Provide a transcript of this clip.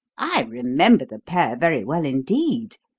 i remember the pair very well indeed,